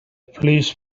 police